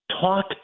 talk